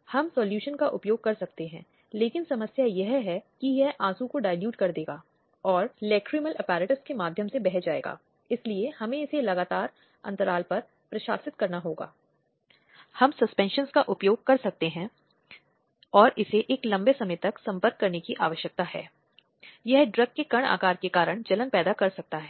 प्रसारित करने की कोशिश करता है तो फिर वह ताक झांक की अवधारणा के भीतर आता है और उस व्यक्ति को उत्तरदायी ठहराया जा सकता है